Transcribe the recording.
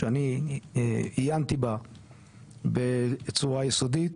ד"ר לימון שאני עיינתי בה בצורה יסודית,